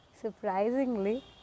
Surprisingly